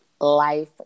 life